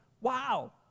wow